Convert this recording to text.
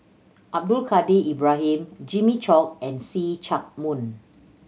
Abdul Kadir Ibrahim Jimmy Chok and See Chak Mun